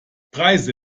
preise